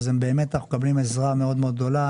אז באמת אנחנו מקבלים עזרה מאד גדולה,